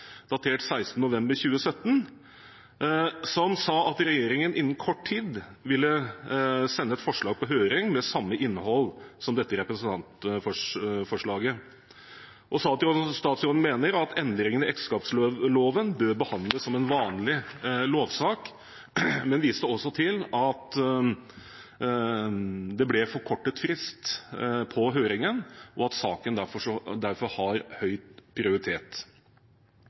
datert 16. november 2017, der det står at regjeringen innen kort tid ville sende et forslag på høring med samme innhold som dette representantforslaget. Statsråden mente at endringer av ekteskapsloven bør behandles som en vanlig lovsak, men viste også til at det ble forkortet frist på høringen, og at saken derfor har høy prioritet.